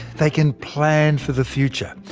they can plan for the future,